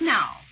now